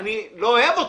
אני לא אוהב אותה,